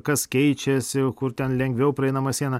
kas keičiasi kur ten lengviau praeinama siena